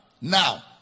Now